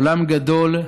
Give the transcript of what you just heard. עולם גדול,